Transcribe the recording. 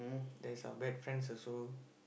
there's uh bad friends also